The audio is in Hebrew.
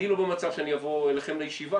אני לא במצב שאני אבוא אליכם לישיבה,